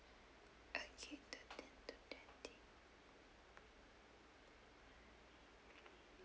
okay thirteen to twenty